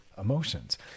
emotions